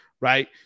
right